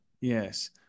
Yes